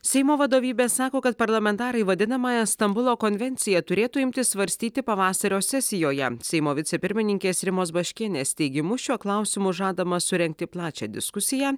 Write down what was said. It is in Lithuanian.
seimo vadovybė sako kad parlamentarai vadinamąją stambulo konvenciją turėtų imti svarstyti pavasario sesijoje seimo vicepirmininkės rimos baškienės teigimu šiuo klausimu žadama surengti plačią diskusiją